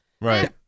Right